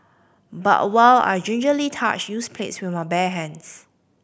but while I gingerly touched used plates with my bare hands